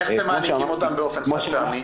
איך אתם מעניקים אותם באופן חד פעמי?